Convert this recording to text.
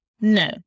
No